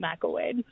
McElwain